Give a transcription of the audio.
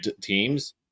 teams